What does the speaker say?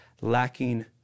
lacking